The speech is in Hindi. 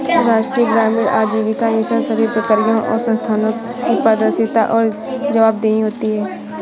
राष्ट्रीय ग्रामीण आजीविका मिशन सभी प्रक्रियाओं और संस्थानों की पारदर्शिता और जवाबदेही होती है